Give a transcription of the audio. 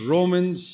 Romans